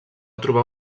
trobar